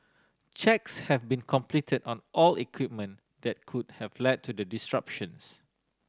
checks have been completed on all equipment that could have led to the disruptions